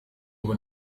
ubu